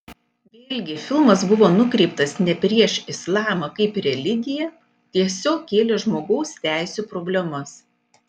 vėlgi filmas buvo nukreiptas ne prieš islamą kaip religiją tiesiog kėlė žmogaus teisių problemas